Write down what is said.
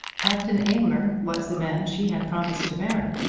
captain aylmer was the man she had promised to marry.